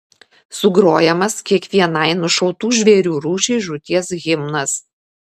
sugrojamas kiekvienai nušautų žvėrių rūšiai žūties himnas